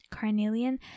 Carnelian